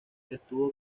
estuvo